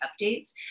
updates